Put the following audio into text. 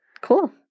Cool